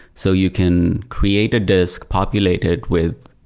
so you can create a disk, populate it with,